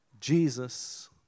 Jesus